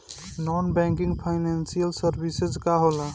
Non banking financial services का होला?